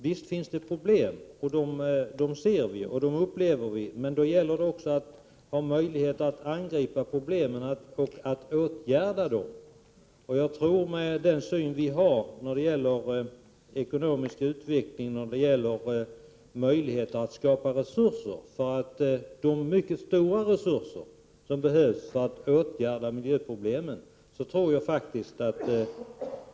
Visst finns det problem, och dem upplever vi, men det gäller också att ha möjlighet att angripa problemen och att åtgärda dem. Jag är ganska säker på att vi är mera realistiska än man är inom miljöpartiet, med tanke på den syn som vi har på den ekonomiska utvecklingen och på möjligheten att skapa de mycket stora resurser som behövs för att åtgärda miljöproblemen.